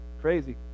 Crazy